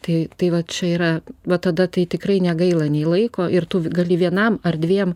tai tai va čia yra va tada tai tikrai negaila nei laiko ir tu gali vienam ar dviem